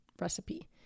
recipe